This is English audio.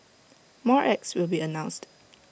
more acts will be announced